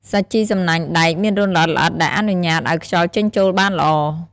សាជីសំណាញ់ដែកមានរន្ធល្អិតៗដែលអនុញ្ញាតឱ្យខ្យល់ចេញចូលបានល្អ។